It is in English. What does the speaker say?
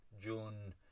June